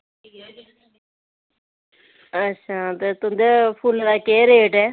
अच्छा ते तुंदे फुल्लें दा केह् रेट ऐ